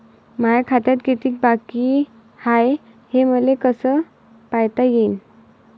माया खात्यात कितीक बाकी हाय, हे मले कस पायता येईन?